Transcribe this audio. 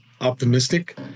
optimistic